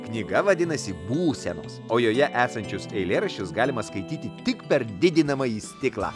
knyga vadinasi būsenos o joje esančius eilėraščius galima skaityti tik per didinamąjį stiklą